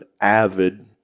avid